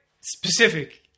specific